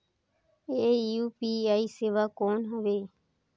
ये यू.पी.आई सेवा कौन हवे?